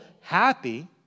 happy